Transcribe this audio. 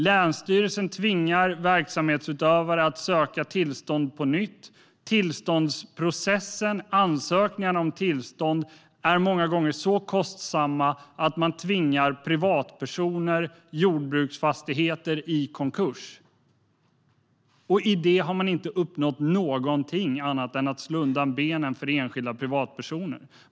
Länsstyrelserna tvingar verksamhetsutövare att söka tillstånd på nytt. Processen runt ansökningarna om tillstånd är många gånger så kostsam att man tvingar privatpersoner med jordbruksfastigheter i konkurs. I det har man inte uppnått någonting annat än att slå undan benen för enskilda privatpersoner.